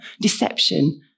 deception